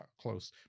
close